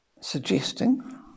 suggesting